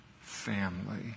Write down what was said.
family